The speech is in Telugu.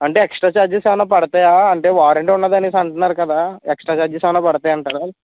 అంటే ఎక్స్ట్రా ఛార్జెస్ ఏమైనా పడతాయా అంటే వారంటీ ఉన్నది అనేసి అంటున్నారు కదా ఎక్స్ట్రా ఛార్జెస్ ఏమైనా పడతాయి అంటారా